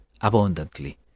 abundantly